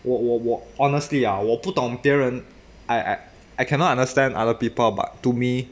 我我我 honestly ya 我不懂别人 I I cannot understand other people but to me